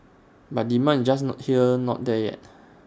but demand is just not there no the yet